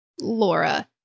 Laura